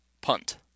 Punt